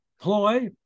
ploy